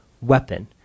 weapon